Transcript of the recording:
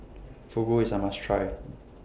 Fugu IS A must Try